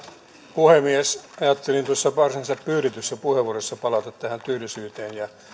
puhemies ajattelin tuossa varsinaisessa pyydetyssä puheenvuorossa palata tähän työllisyyteen ja